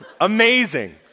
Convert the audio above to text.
Amazing